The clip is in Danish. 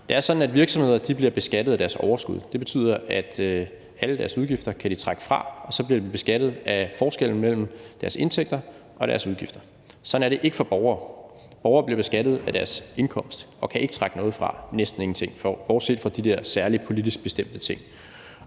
virksomheder bliver beskattet af deres overskud. Det betyder, at de kan trække alle deres udgifter fra, og så bliver de beskattet af forskellen mellem deres indtægter og deres udgifter. Sådan er det ikke for borgere. Borgere bliver beskattet af deres indkomst og kan ikke trække noget fra – næsten ingenting, bortset fra de der særlige politisk bestemte ting.